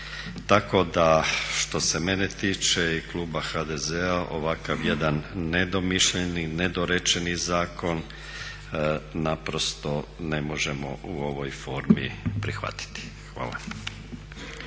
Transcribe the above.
Tako da što se mene tiče i kluba HDZ-a ovakav jedan nedomišljeni, nedorečeni zakon naprosto ne možemo u ovoj formi prihvatiti. Hvala.